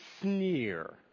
sneer